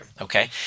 okay